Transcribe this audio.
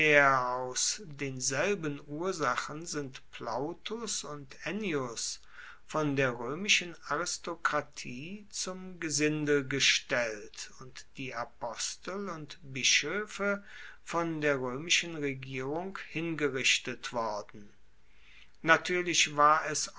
aus denselben ursachen sind plautus und ennius von der roemischen aristokratie zum gesindel gestellt und die apostel und bischoefe von der roemischen regierung hingerichtet worden natuerlich war es